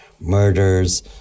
murders